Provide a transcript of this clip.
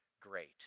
great